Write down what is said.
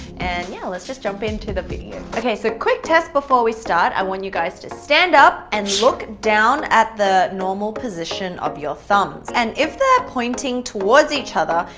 and yeah let's just jump into the video, okay so quick test before we start, i want you guys to stand up and look down at the normal position of your thumbs, and if they're pointing towards each other,